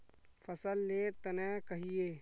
फसल लेर तने कहिए?